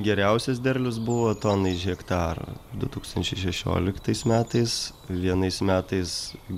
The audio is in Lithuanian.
geriausias derlius buvo tona iš hektaro du tūkstančiai šešioliktais metais vienais metais